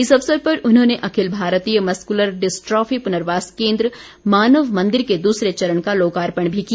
इस अवसर पर उन्होंने अखिल भारतीय मस्कुलर डिस्ट्रॉफी पुनर्वास केन्द्र मानव मंदिर के दूसरे चरण का लोकार्पण भी किया